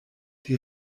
die